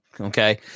Okay